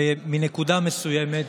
מנקודה מסוימת,